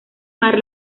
mar